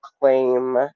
claim